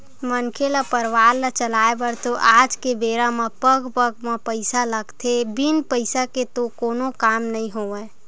मनखे ल परवार ल चलाय बर तो आज के बेरा म पग पग म पइसा लगथे बिन पइसा के तो कोनो काम नइ होवय